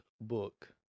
book